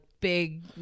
big